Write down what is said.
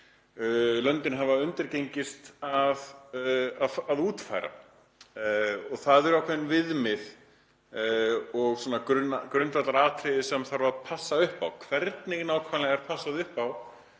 löndin hafa undirgengist að útfæra. Það eru ákveðin viðmið og grundvallaratriði sem þarf að passa upp á. Hvernig nákvæmlega er passað upp á